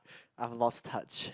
I've lost touch